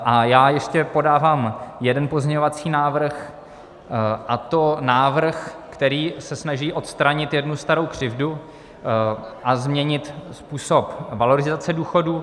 A já ještě podávám jeden pozměňovací návrh, a to návrh, který se snaží odstranit jednu starou křivdu a změnit způsob valorizace důchodů.